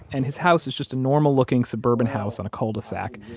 and his house is just a normal looking suburban house on a cul-de-sac.